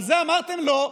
על זה אמרתם לו,